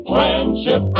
Friendship